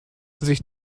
sich